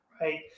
right